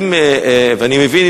ואני מבין,